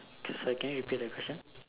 cause can you repeat the question